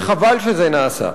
וחבל שזה נעשה.